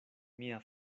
mia